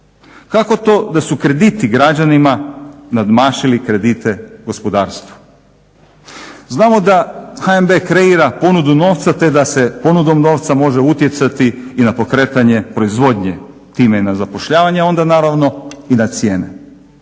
Kako to da su krediti građanima nadmašili kredite gospodarstvu? Znamo da HNB kreira ponudu novca te da se ponudom novca može utjecati i na pokretanje proizvodnje, time i na zapošljavanje, a onda naravno i na cijene.